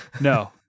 No